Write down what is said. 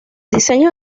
diseño